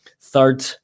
third